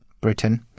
Britain